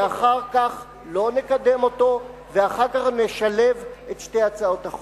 לא נקדם אותו, ואחר כך נשלב את שתי הצעות החוק.